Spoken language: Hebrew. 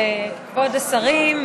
כבוד השרים,